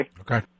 Okay